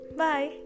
bye